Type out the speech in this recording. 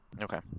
Okay